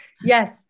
Yes